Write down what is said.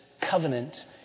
covenant